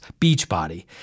Beachbody